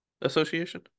association